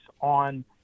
on